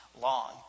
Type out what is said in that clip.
Long